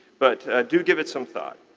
but do give it some thought.